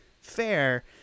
fair